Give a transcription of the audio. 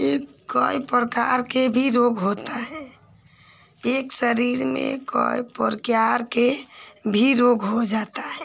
कई प्रकार के भी रोग होता है एक शरीर में कई प्रकार का भी रोग हो जाता है